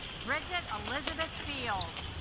bridget elizabeth field